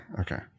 Okay